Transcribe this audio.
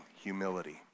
humility